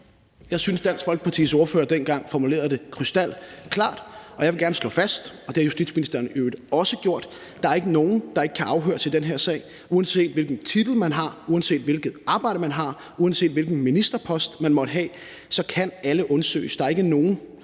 Jeg synes, at Dansk Folkepartis ordfører dengang formulerede det krystalklart. Og jeg vil gerne slå fast, og det har justitsministeren i øvrigt også gjort, at der ikke er nogen, der ikke kan afhøres i den her sag. Uanset hvilken titel man har, uanset hvilket arbejde man har, og uanset hvilken ministerpost man måtte have, kan alle undersøges. Der er ikke nogen,